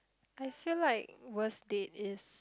I feel like worst date is